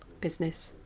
business